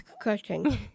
question